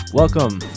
Welcome